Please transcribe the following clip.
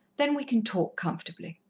then we can talk comfortably.